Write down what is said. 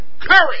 courage